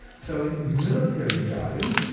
so in military jargon,